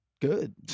good